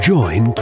Join